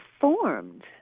formed